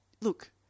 look